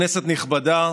כנסת נכבדה,